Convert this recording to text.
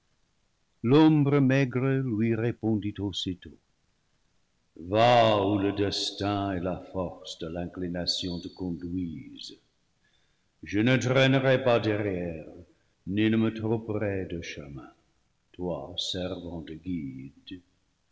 l'ombre maigre lui répondit aussitôt va où le destin et la force de l'inclination te conduisent je ne traînerai pas derrière ni ne me tromperai de chemin toi servant de guide